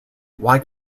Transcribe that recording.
why